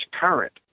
current